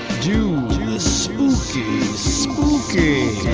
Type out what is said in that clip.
do the spooky spooky!